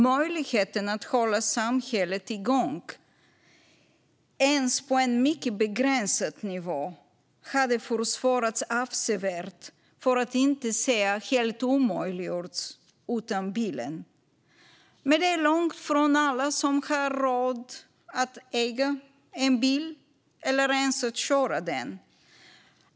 Möjligheten att hålla samhället igång ens på en mycket begränsad nivå hade försvårats avsevärt utan bilen - för att inte säga att det hade varit helt omöjligt. Men det är långt ifrån alla som har råd att äga en bil eller ens att köra en.